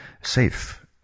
safe